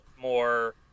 more